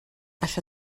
això